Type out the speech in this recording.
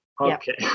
Okay